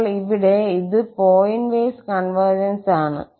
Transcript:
അപ്പോൾ ഇവിടെ ഇത് പോയിന്റ് വൈസ് കോൺവർജൻസ് ആണ്